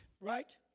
right